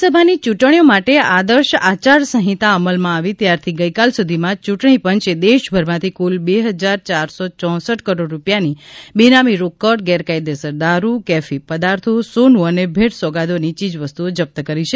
લોકસભાની ચુંટણીઓ માટે આદર્શ આંચારસંહિતા અમલમાં આવી ત્યારથી ગઈકાલ સુધીમાં ચુંટણી પંચે દેશભરમાંથી કુલ બે હજાર ચારસો ચોસઠ કરોડ રૂપિયાની બેનામી રોકડ ગેરકાયદે દારૂ કેફી પદાર્થો સોનુ અને ભેટ સોગાદની ચીજવસ્તુઓ જપ્ત કરી છે